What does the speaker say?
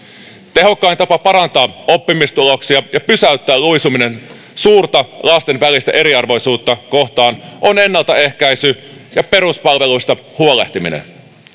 tehokkain tapa parantaa oppimistuloksia ja pysäyttää luisuminen kohti suurta lasten välistä eriarvoisuutta on ennaltaehkäisy ja peruspalveluista huolehtiminen